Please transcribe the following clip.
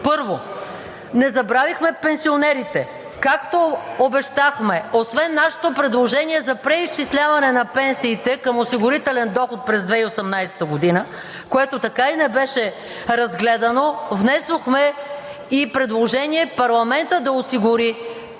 Първо, не забравихме пенсионерите, както обещахме. Освен нашето предложение за преизчисляване на пенсиите към Осигурителен доход през 2018 г., което така и не беше разгледано, внесохме и предложение парламентът да осигури тези